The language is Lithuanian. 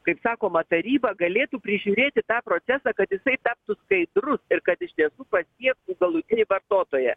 kaip sakoma taryba galėtų prižiūrėti tą procesą kad jisai taptų skaidrus ir kad iš tiesų pasiektų galutinį vartotoją